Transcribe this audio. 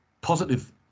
positive